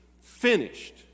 finished